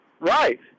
Right